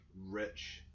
rich